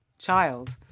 child